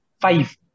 Five